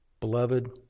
Beloved